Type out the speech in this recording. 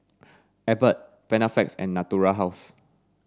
Abbott Panaflex and Natura House